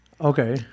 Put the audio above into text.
Okay